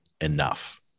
enough